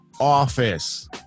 office